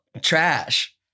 trash